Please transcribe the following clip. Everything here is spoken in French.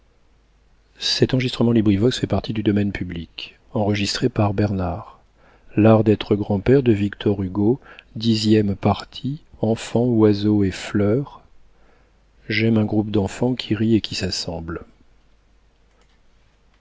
enfants oiseaux et fleurs ii j'aime un groupe d'enfants qui rit et qui s'assemble